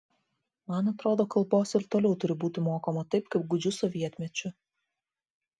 man atrodo kalbos ir toliau turi būti mokoma taip kaip gūdžiu sovietmečiu